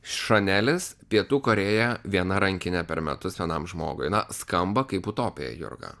šanelis pietų korėja viena rankinė per metus vienam žmogui na skamba kaip utopija jurga